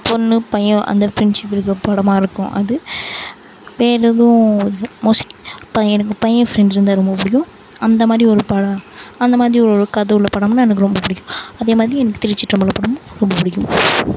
பொண் பையன் அந்த ஃப்ரெண்ட்ஷிப் இருக்கற படமாக இருக்கும் அது வேறு எதுவும் மோஸ்ட் பையனுக்கு பையன் ஃப்ரெண்ட் இருந்தால் ரொம்ப பிடிக்கும் அந்த மாதிரி ஒரு படம் அந்த மாதிரி ஒரு கதை உள்ள படம்னால் எனக்கு ரொம்ப பிடிக்கும் அதே மாதிரி எனக்கு திருச்சிற்றம்பலம் படமும் ரொம்ப பிடிக்கும்